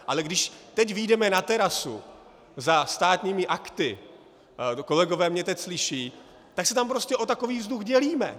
Ale když teď vyjdeme na terasu za Státními akty, kolegové mě teď slyší, tak se tam o takový vzduch dělíme.